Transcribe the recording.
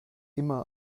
immer